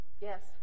Yes